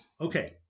Okay